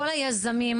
כל היזמים,